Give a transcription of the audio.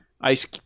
Ice